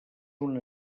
una